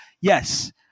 yes